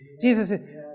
Jesus